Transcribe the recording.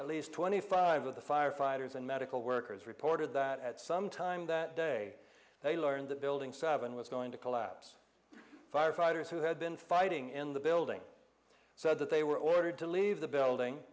at least twenty five of the firefighters and medical workers reported that at some time that day they learned that building seven was going to collapse firefighters who had been fighting in the building said that they were ordered to leave the building